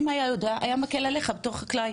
ואם הוא היה יודע זה היה מקל עליך בתור חקלאי,